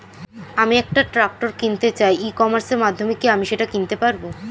আমি একটা ট্রাক্টর কিনতে চাই ই কমার্সের মাধ্যমে কি আমি সেটা কিনতে পারব?